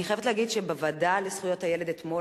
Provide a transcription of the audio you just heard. אני חייבת להגיד שבוועדה לזכויות הילד אתמול